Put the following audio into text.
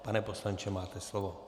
Pane poslanče, máte slovo.